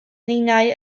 ninnau